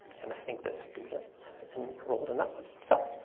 and i think this student is enrolled and that one. so